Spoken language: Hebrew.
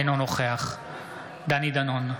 אינו נוכח דני דנון,